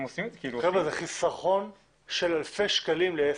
זה חסכון של אלפי שקלים לעסק.